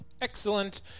Excellent